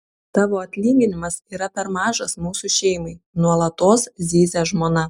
tavo atlyginimas yra per mažas mūsų šeimai nuolatos zyzia žmona